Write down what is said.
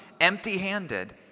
empty-handed